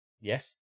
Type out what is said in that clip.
yes